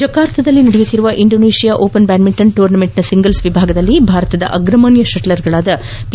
ಜಕಾರ್ತಾದಲ್ಲಿ ನಡೆಯುತ್ತಿರುವ Indonesia open badminton ಟೂರ್ನಿಯ ಸಿಂಗಲ್ಲ್ ವಿಭಾಗದಲ್ಲಿ ಭಾರತದ ಅಗ್ರಮಾನ್ಕ ಷಟ್ಲರ್ಗಳಾದ ಪಿ